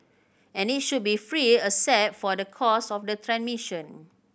and it should be free except for the cost of the transmission